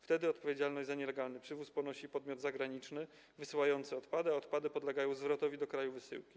Wtedy odpowiedzialność za nielegalny przywóz ponosi podmiot zagraniczny wysyłający odpady, a odpady podlegają zwrotowi do kraju wysyłki.